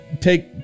take